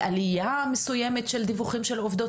אולי על עלייה מסוימת של דיווחים של עובדות